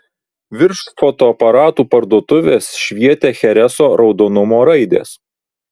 virš fotoaparatų parduotuvės švietė chereso raudonumo raidės